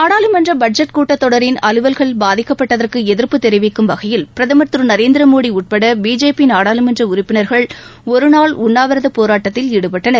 நாடாளுமன்ற பட்ஜெட் கூட்டத்தொடரின் அலுவல்கள் பாதிக்கப்பட்டதற்கு எதிர்ப்பு தெரிவிக்கும் வகையில் உட்பட பிஜேபி பிரதமர் திரு நரேந்திரமோடி நாடாளுமன்ற உறுப்பினர்கள் ஒருநாள் உண்ணாவிரதப்போராட்டத்தில் ஈடுபட்டனர்